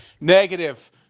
negative